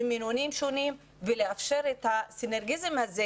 במינונים שונים ולאפשר את הסינרגיה הזאת